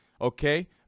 Okay